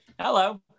Hello